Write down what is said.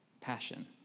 passion